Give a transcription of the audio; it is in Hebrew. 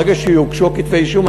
ברגע שיוגשו כתבי האישום,